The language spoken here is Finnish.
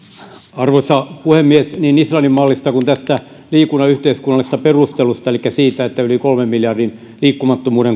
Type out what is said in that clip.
arvoisa puhemies niin islannin mallista kuin tästä liikunnan yhteiskunnallisesta perustelusta elikkä siitä että liikkumattomuuden yli kolmen miljardin